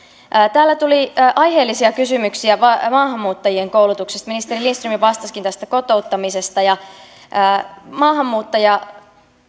täällä tuli aiheellisia kysymyksiä maahanmuuttajien koulutuksesta ministeri lindström vastasikin kysymyksiin tästä kotouttamisesta maahanmuuttaja